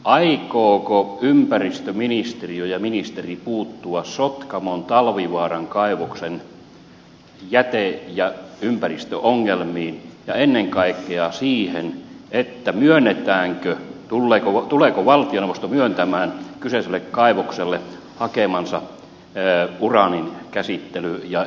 aikooko ympäristöministeriö ja ministeri puuttua sotkamon talvivaaran kaivoksen jäte ja ympäristöongelmiin ja ennen kaikkea siihen tuleeko valtioneuvosto myöntämään kyseiselle kaivokselle sen hakeman uraanin käsittely ja jatkojalostusluvan